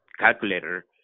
Calculator